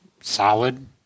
solid